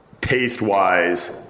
Taste-wise